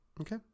Okay